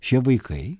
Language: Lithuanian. šie vaikai